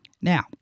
Now